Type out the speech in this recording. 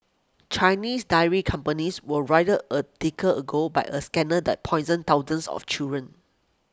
Chinese dairy companies were roiled a decade ago by a scandal that poisoned thousands of children